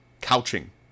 couching